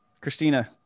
Christina